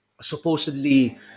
supposedly